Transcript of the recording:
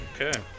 Okay